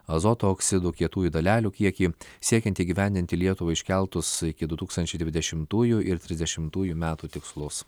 azoto oksidų kietųjų dalelių kiekį siekiant įgyvendinti lietuvai iškeltus iki du tūkstančiai dvidešimtųjų ir trisdešimtųjų metų tikslus